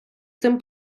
цим